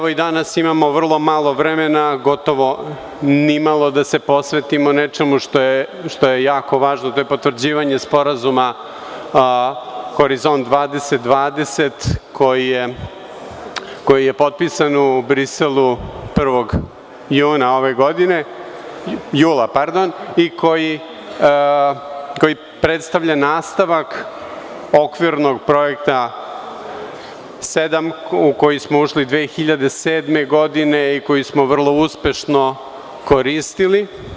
I danas imamo vrlo malo vremena, gotovo nimalo da se posvetimo nećemo što je jako važno, to je potvrđivanje Sporazuma Horizont 2020 koji je potpisan u Briselu 1. jula ove godine i koji predstavlja nastavak okvirnog projekta sedam u koji smo ušli 2007. godine i koji smo vrlo uspešno koristili.